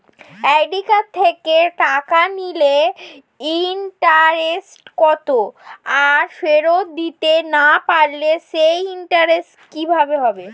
Credit card থেকে টাকা নিলে ইন্টারেস্ট কত আর ফেরত দিতে না পারলে সেই ইন্টারেস্ট কি হবে?